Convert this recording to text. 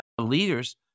leaders